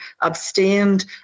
abstained